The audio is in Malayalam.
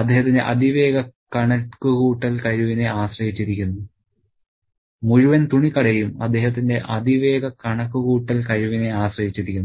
അദ്ദേഹത്തിന്റെ അതിവേഗ കണക്കുകൂട്ടൽ കഴിവിനെ ആശ്രയിച്ചിരിക്കുന്നു